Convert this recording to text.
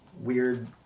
weird